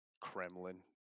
kremlin